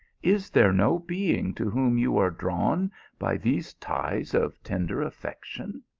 is there no being to whom you are drawn by these ties of tender affection?